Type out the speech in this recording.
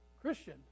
Christian